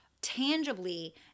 tangibly –